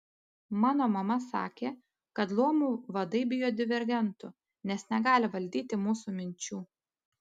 mano mama sakė kad luomų vadai bijo divergentų nes negali valdyti mūsų minčių